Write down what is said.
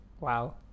Wow